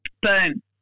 Boom